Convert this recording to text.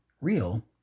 real